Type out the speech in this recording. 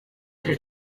ibi